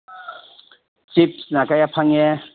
ꯆꯤꯞꯁꯅ ꯀꯌꯥ ꯐꯪꯉꯦ